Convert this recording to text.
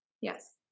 Yes